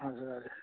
हजुर हजुर